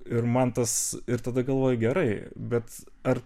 ir mantas ir tada galvoji gerai bet ar